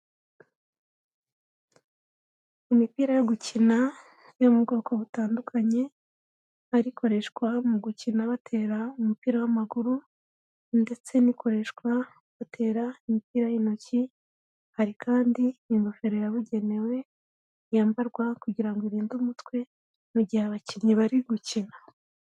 Imipira yo gukina yo mu bwoko butandukanye ari ikoreshwa mu gukina batera umupira w'amaguru ndetse n'ikoreshwa batera imipira y'intoki, hari kandi ingofero yabugenewe yambarwa kugira ngo ngo irinde umutwe mu gihe abakinnyi bari gukina.